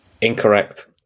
Incorrect